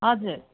हजुर